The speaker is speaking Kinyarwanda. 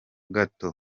gato